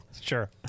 Sure